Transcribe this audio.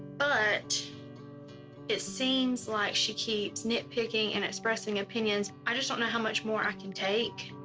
but it seems like she keeps nitpicking and expressing opinions. i just don't know how much more i can take.